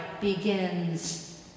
begins